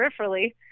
peripherally